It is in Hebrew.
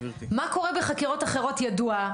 מה קורה בחקירות אחרות ידוע,